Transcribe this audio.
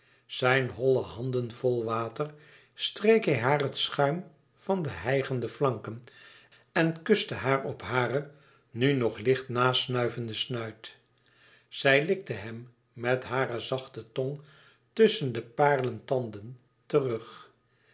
zijn holle handen vol water streek hij haar het schuim van de hijgende flanken en kuste haar op haren nu nog licht na snuivenden snuit zij likte hem met hare zachte tong tusschen de parelen tanden terug